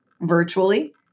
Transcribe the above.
virtually